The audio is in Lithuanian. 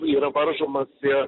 yra varžomasi